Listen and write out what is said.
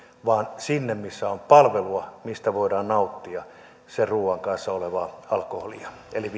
vaan sinne missä on palvelua missä voidaan nauttia sen ruuan kanssa alkoholia eli